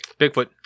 Bigfoot